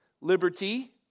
liberty